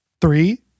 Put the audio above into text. Three